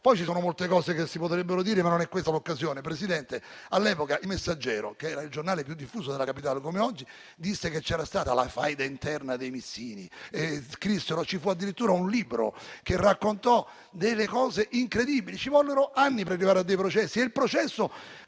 Presidente, molte cose si potrebbero dire, ma non è questa l'occasione. All'epoca, "Il Messaggero", che era il giornale più diffuso della capitale, come oggi, scrisse che vi era stata la faida interna dei missini. Vi fu addirittura un libro, che raccontò cose incredibili. Ci vollero anni per arrivare ai processi e anche il processo